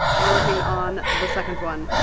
we're working on the second one.